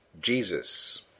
Jesus